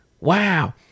Wow